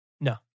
No